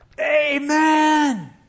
Amen